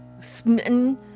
smitten